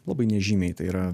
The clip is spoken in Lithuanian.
labai nežymiai tai yra